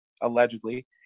allegedly